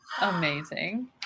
Amazing